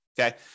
Okay